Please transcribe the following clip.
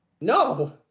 No